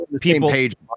people